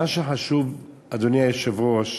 מה שחשוב, אדוני היושב-ראש,